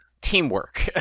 Teamwork